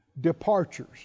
departures